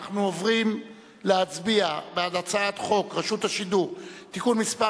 אנחנו עוברים להצביע בעד הצעת חוק רשות השידור (תיקון מס'